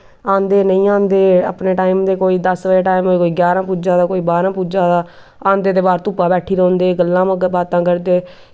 औंदे नेईं औंदे अपने टाईम दे कोई दस टैम होए कोई ञारां पुज्जै दा कोई बारां पुज्जै दा औंदे ते बस धुप्पा बैठी रौंह्दे गल्लां बात्तां करदे